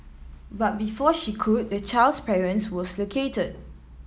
but before she could the child's parent was located